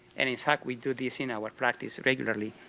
and in fact we do this in our practice regularly.